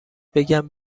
بگم